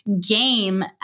game